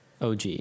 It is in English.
OG